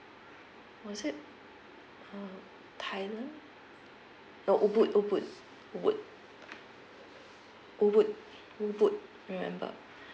was it uh thailand no remember